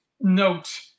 note